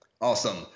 Awesome